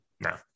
No